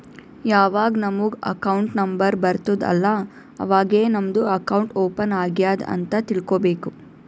ಯಾವಾಗ್ ನಮುಗ್ account number ಬರ್ತುದ್ ಅಲ್ಲಾ ಅವಾಗೇ ನಮ್ದು ಅಕೌಂಟ್ ಓಪನ್ ಆಗ್ಯಾದ್ ಅಂತ್ ತಿಳ್ಕೋಬೇಕು